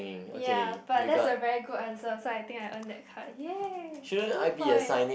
ya but that's a very good answer so I think I earn that card ya two point